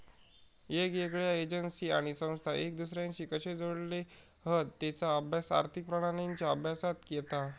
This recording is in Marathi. येगयेगळ्या एजेंसी आणि संस्था एक दुसर्याशी कशे जोडलेले हत तेचा अभ्यास आर्थिक प्रणालींच्या अभ्यासात येता